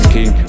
King